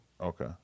Okay